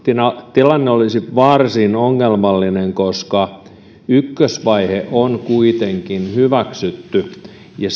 tilanne olisi varsin ongelmallinen koska ykkösvaihe on kuitenkin hyväksytty ja